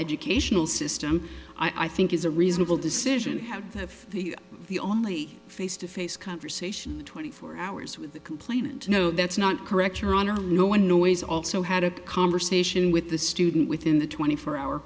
educational system i think is a reasonable decision have the only face to face conversation twenty four hours with the complainant no that's not correct your honor no one noise also had a conversation with the student within the twenty four hour